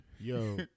Yo